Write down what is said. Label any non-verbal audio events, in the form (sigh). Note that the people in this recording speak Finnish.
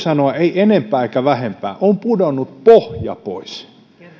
(unintelligible) sanoa ei enempää eikä vähempää tältä uudistukselta on pudonnut pohja pois